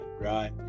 right